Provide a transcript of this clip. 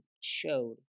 showed